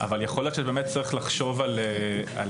יכול להיות שבאמת צריך לחשוב על אפשרות